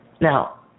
Now